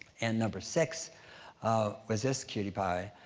and number six was this cutie pie.